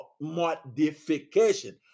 modification